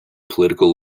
political